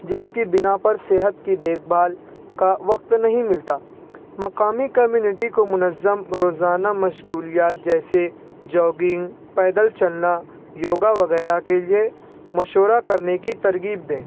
جس کی بنا پر صحت کی دیکھ بھال کا وقت نہیں ملتا مقامی کمیونٹی کو منظم روزانہ مشغولیات جیسے جوگنگ پیدل چلنا یوگا وغیرہ کے لیے مشورہ کرنے کی ترغیب دیں